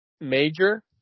major